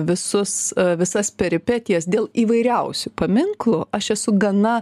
visus visas peripetijas dėl įvairiausių paminklų aš esu gana